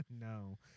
No